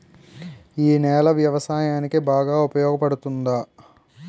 ఈ నేల వ్యవసాయానికి బాగా ఉపయోగపడుతుందా?